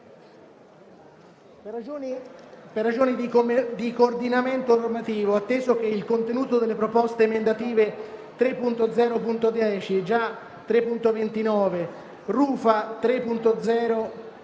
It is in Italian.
Per ragioni di coordinamento normativo, atteso che il contenuto delle proposte emendative 3.0.10 (già 3.29), 3.0.3